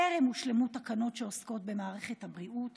טרם הושלמו התקנות שעוסקות במערכת הבריאות